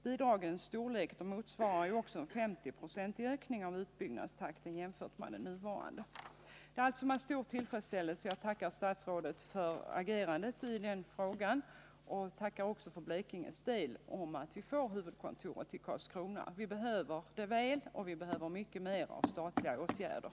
Bidragens storlek motsvarar också en 50-procentig ökning av utbyggnadstakten jämfört med den nuvarande. Det är alltså med stor tillfredsställelse jag tackar statsrådet för agerandet i detta ärende, och jag tackar också för Blekinges del för att vi får huvudkontoret förlagt till Karlskrona. Vi behöver det mycket väl, och vi behöver mycket mer av statliga åtgärder.